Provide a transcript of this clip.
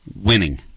Winning